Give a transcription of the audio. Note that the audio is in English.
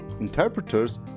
interpreters